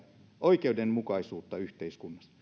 oikeudenmukaisuutta yhteiskunnassa